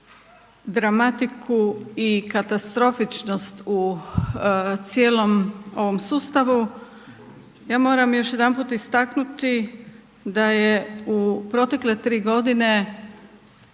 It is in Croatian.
dramatiku i katastrofičnost u cijelom ovom sustavu, ja moram još jedanput istaknuti da je u protekle tri godine